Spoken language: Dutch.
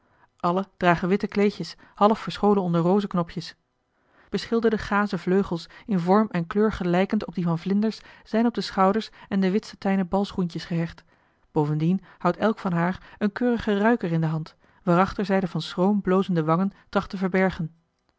alle dragen witte kleedjes half verscholen onder rozeknopjes beschilderde gazen vleugels in vorm en kleur gelijkende op die van vlinders zijn op de schouders en de wit satijnen balschoentjes gehecht bovendien houdt elk van haar een keurigen ruiker in de hand waarachter zij de van schroom blozende wangen tracht te verbergen